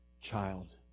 child